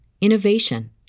innovation